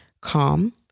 calm